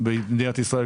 במדינת ישראל,